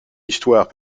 histoire